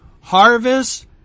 Harvest